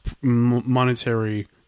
monetary